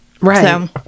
right